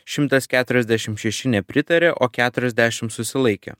šimtas keturiasdešim šeši nepritarė o keturiasdešim susilaikė